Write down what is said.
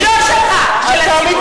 לא שלך, של הציבור שממנו אתה מגיע.